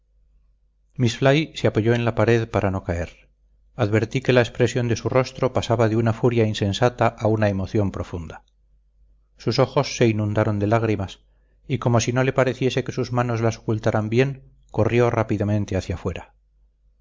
fly se apoyó en la pared para no caer advertí que la expresión de su rostro pasaba de una furia insensata a una emoción profunda sus ojos se inundaron de lágrimas y como si no le pareciese que sus manos las ocultaban bien corrió rápidamente hacia afuera